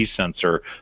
sensor